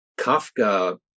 Kafka